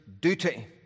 duty